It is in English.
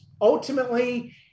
ultimately